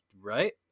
right